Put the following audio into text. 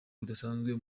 budasanzwe